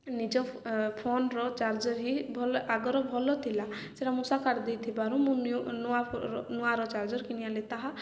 ନିଜ ଫୋନ୍ର ଚାର୍ଜର ହିଁ ଭଲ ଆଗର ଭଲ ଥିଲା ସେଟା ମୂଷା କାଟି ଦେଇଥିବାରୁ ମୁଁ ନୂଆ ନୂଆର ଚାର୍ଜର କିଣି ଆଣିଲି ତାହା